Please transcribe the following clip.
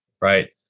right